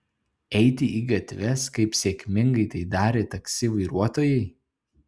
eiti į gatves kaip sėkmingai tai darė taksi vairuotojai